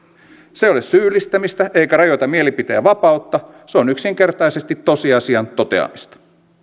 se ei ole syyllistämistä eikä rajoita mielipiteen vapautta se on yksinkertaisesti tosiasian toteamista